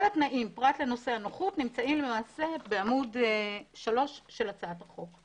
כל התנאים פרט לנושא הנוחות נמצאים בעמ' 3 של הצעת החוק.